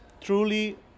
truly